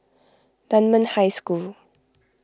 Dunman High School